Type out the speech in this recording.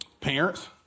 Parents